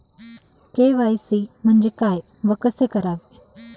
KYC म्हणजे काय व कसे करावे?